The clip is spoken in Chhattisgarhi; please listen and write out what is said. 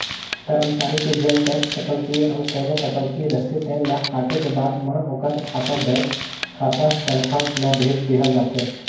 करमचारी के जेन टेक्स कटउतीए अउ कोना कटउती रहिथे तेन ल काटे के बाद म ओखर खाता बेंक खाता तनखा ल भेज देहल जाथे